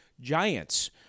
Giants